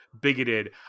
bigoted